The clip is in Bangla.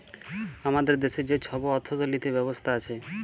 আমাদের দ্যাশে যে ছব অথ্থলিতি ব্যবস্থা আছে